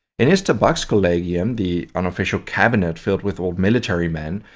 in his tabakskollegium, the unofficial cabinet filled with old military men,